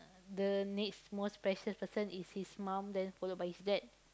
the next most special person is his mum then followed by his dad